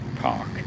park